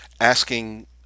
asking